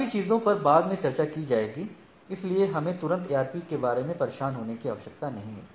ARP चीजों पर बाद में चर्चा की जाएगी इसलिए हमें तुरंत ARP के बारे में परेशान होने की आवश्यकता नहीं है